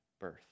birth